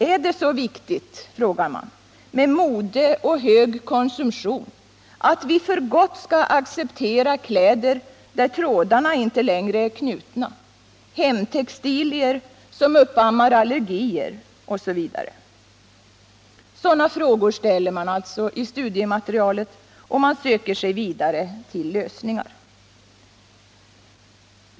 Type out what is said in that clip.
Är det så viktigt med mode och hög konsumtion att vi för gott skall acceptera kläder där trådarna inte längre är knutna, hemtextilier 105 som uppammar allergier osv.? Sådana frågor ställer man i studiematerialet, och man söker sig vidare till lösningar.